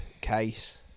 case